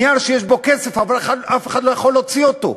נייר שיש בו כסף, אבל אף אחד לא יכול להוציא אותו.